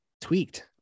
tweaked